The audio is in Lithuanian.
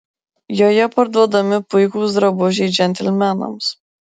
joje parduodami puikūs drabužiai džentelmenams